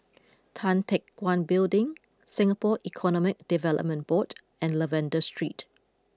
Tan Teck Guan Building Singapore Economic Development Board and Lavender Street